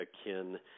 akin